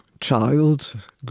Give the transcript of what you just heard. child